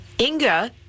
Inga